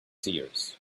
seers